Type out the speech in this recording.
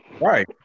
right